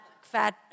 fat